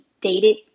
dated